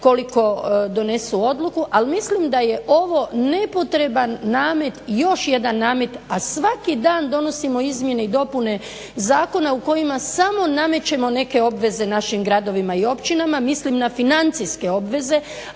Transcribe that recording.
koliko donesu odluku, ali mislim da je ovo nepotreban namet, još jedan namet, a svaki dan donosimo izmjene i dopune zakona u kojima samo namećemo neke obveze našim gradovima i općinama, mislim na financijske obveze,